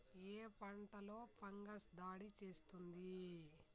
ఏ పంటలో ఫంగస్ దాడి చేస్తుంది?